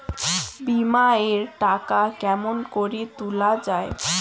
বিমা এর টাকা কেমন করি তুলা য়ায়?